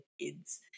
kids